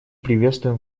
приветствуем